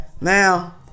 now